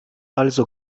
also